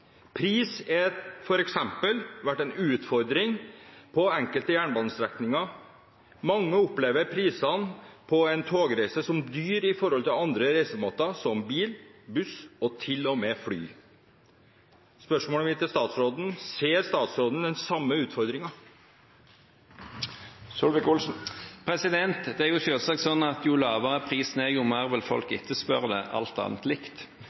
Pris har f.eks. vært en utfordring på enkelte jernbanestrekninger. Mange opplever prisen på en togreise som høy i forhold til andre reisemåter, som bil, buss og til og med fly. Spørsmålet mitt til statsråden er: Ser statsråden den samme utfordringen? Det er selvsagt sånn at jo lavere prisen er, jo mer vil folk etterspørre det, alt annet likt.